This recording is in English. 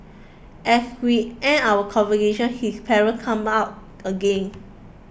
as we end our conversation his parents come up again